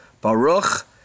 Baruch